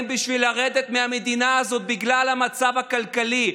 בשביל לרדת מהמדינה הזאת בגלל המצב הכלכלי,